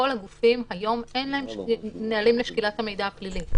לכל שאר הגופים אין נהלים לשקילת המידע הפלילי.